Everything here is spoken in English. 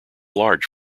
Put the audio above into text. large